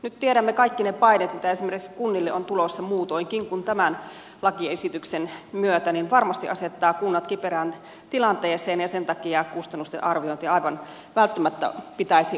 nyt kun tiedämme kaikki ne paineet mitä esimerkiksi kunnille on tulossa muutoinkin kuin tämän lakiesityksen myötä niin se varmasti asettaa kunnat kiperään tilanteeseen ja sen takia kustannusten arviointia aivan välttämättä pitäisi olla